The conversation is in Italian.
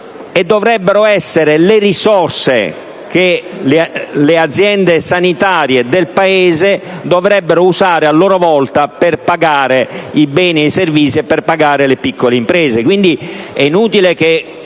e dovrebbero consistere nelle risorse che le aziende sanitarie del Paese dovrebbero usare, a loro volta, per pagare i beni e i servizi e per pagare le piccole imprese.